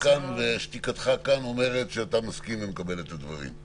שתיקתך כאן אומרת שאתה מסכים ומקבל את הדברים.